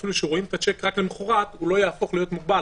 ואפילו שרואים את השיק רק למחרת הוא לא יהפוך להיות מוגבל.